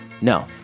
No